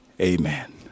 Amen